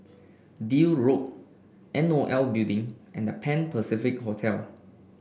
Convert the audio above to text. Deal Road N O L Building and The Pan Pacific Hotel